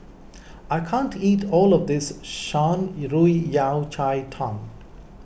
I can't eat all of this Shan Yao Cai Tang